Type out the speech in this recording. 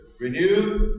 renew